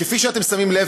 כפי שאתם שמים לב,